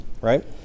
right